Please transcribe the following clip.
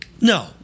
No